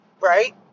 right